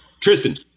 Tristan